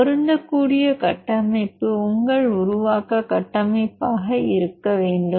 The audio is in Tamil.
பொருந்தக்கூடிய கட்டமைப்பு உங்கள் உருவாக்க கட்டமைப்பாக இருக்க வேண்டும்